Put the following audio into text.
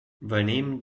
venim